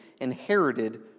inherited